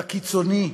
בקיצוני.